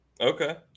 okay